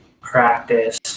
practice